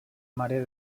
mare